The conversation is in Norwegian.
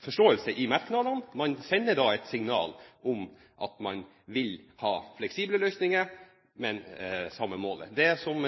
forståelse i merknadene. Man sender et signal om at man vil ha fleksible løsninger, men det samme målet. Det som